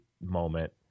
moment